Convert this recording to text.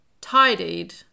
tidied